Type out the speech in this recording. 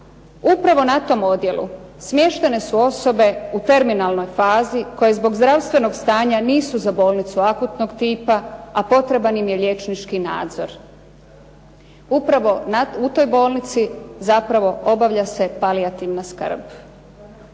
Upravo na tom odjelu smještene su osobe u terminalnoj fazi koje zbog zdravstvenog stanja nisu za bolnicu akutnog tipa, a potreban im je liječnički nadzor. Upravo u toj bolnici zapravo obavlja se palijativna skrb.